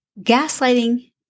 Gaslighting